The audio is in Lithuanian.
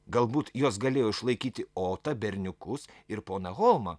galbūt jos galėjo išlaikyti otą berniukus ir poną holmą